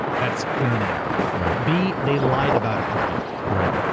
that's clear in the record. right. b they lied about it repeatedly. right.